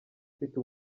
mfite